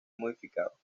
modificado